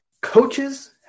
coaches